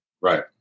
right